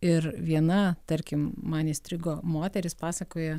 ir viena tarkim man įstrigo moteris pasakoja